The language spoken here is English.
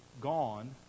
gone